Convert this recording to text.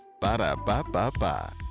Ba-da-ba-ba-ba